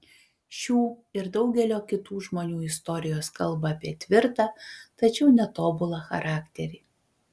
šių ir daugelio kitų žmonių istorijos kalba apie tvirtą tačiau netobulą charakterį